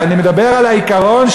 אני מדבר על העיקרון,